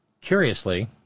Curiously